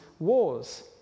wars